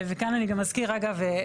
וכאן אני גם אזכיר אגב,